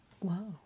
Wow